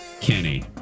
Kenny